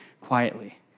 quietly